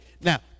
Now